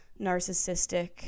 narcissistic